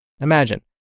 Imagine